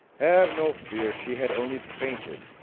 have no fear! she had only fainted.